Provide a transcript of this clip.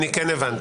אני כן הבנתי.